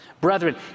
brethren